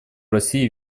россии